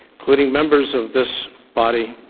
including members of this body,